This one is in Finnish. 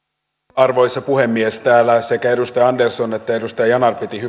arvoisa puhemies täällä sekä edustaja andersson että edustaja yanar